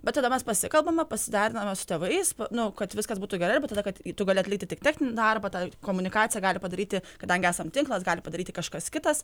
bet tada mes pasikalbame pasideriname su tėvais nu kad viskas būtų gerai arba tada kad tu gali atlikti tik techninį darbą tą komunikaciją gali padaryti kadangi esam tinklas gali padaryti kažkas kitas